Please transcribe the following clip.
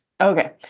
Okay